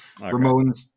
Ramones